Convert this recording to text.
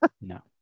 no